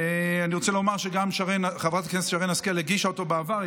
גם חברת הכנסת שרן השכל הגישה אותו בעבר,